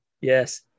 Yes